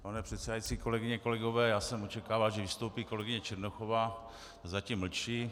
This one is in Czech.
Pane předsedající, kolegyně kolegové, já jsem očekával, že vystoupí kolegyně Černochová, zatím mlčí.